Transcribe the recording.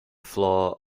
floor